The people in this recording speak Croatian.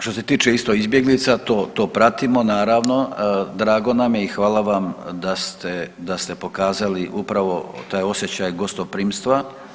Što se tiče isto izbjeglica to pratimo naravno, drago nam je i hvala vam da ste pokazali upravo taj osjećaj gostoprimstva.